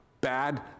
bad